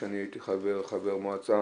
כשהייתי חבר מועצה.